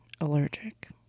allergic